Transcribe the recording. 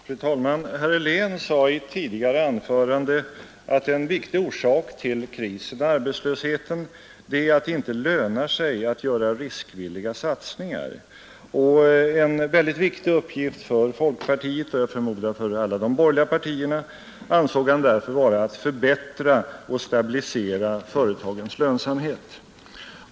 Fru talman! Herr Helén sade i ett tidigare anförande att en viktig orsak till krisen och arbetslösheten är att det inte lönar sig att göra riskvilliga satsningar, och en mycket viktig uppgift för folkpartiet — och jag förmodar för alla de borgerliga partierna — ansåg han därför vara att förbättra och stabilisera företagens lönsamhet.